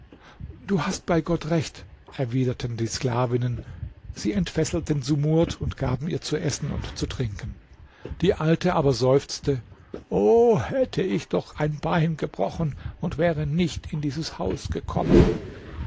du hast bei gott recht erwiderten die sklavinnen sie entfesselten sumurd und gaben ihr zu essen und zu trinken die alte aber seufzte o hätte ich doch ein bein gebrochen und wäre nicht in dieses haus gekommen